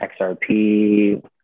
XRP